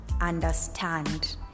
understand